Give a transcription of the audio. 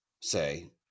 say